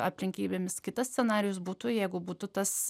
aplinkybėmis kitas scenarijus būtų jeigu būtų tas